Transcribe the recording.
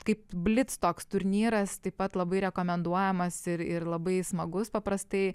kaip blic toks turnyras taip pat labai rekomenduojamas ir ir labai smagus paprastai